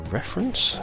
reference